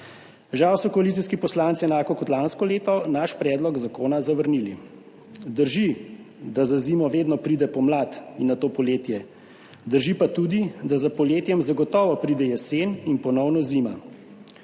Žal so koalicijski poslanci enako kot lansko leto naš predlog zakona zavrnili. Drži, da za zimo vedno pride pomlad in nato poletje, drži pa tudi, da za poletjem zagotovo pride jesen in ponovno zima.